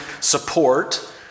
support